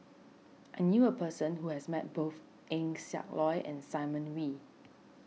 I knew a person who has met both Eng Siak Loy and Simon Wee